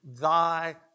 Thy